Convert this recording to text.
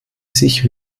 sich